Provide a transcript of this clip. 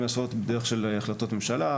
להיעשות בדרך כלל של החלטות ממשלה,